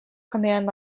command